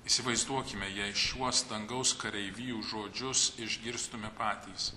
įsivaizduokime jei šiuos dangaus kareivijų žodžius išgirstume patys